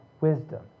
wisdom